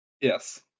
Yes